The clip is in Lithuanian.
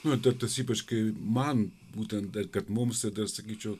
nu ten tas ypač kai man būtent kad mums tada sakyčiau